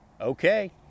Okay